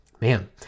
Man